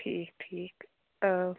ٹھیٖک ٹھیٖک